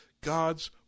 God's